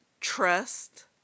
trust